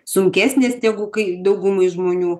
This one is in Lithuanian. sunkesnės negu kai daugumai žmonių